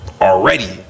already